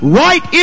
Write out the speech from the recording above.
right